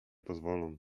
pozwolą